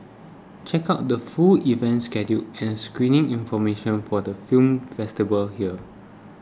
check out the full event schedule and screening information for the film festival here